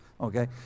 okay